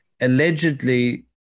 Allegedly